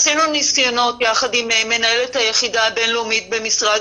עשינו ניסיונות יחד עם מנהלת היחידה הבין-לאומית במשרד